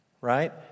right